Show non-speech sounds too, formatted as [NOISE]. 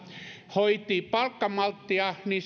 hoitivat palkkamalttia niin [UNINTELLIGIBLE]